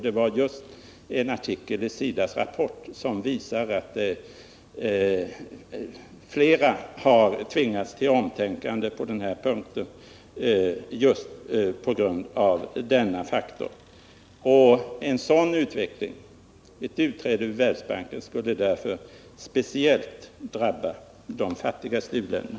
Det var en artikel i SIDA:s Rapport som visade att flera, just på grund av denna faktor, har tvingats till omtänkande på den här punkten. En sådan utveckling — ett utträde ur Världsbanken — skulle därför speciellt drabba de fattigaste u-länderna.